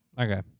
Okay